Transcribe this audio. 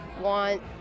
want